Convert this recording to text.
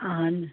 اہن